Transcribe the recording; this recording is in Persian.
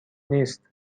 نیست